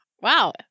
Wow